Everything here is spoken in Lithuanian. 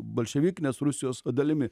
bolševikinės rusijos dalimi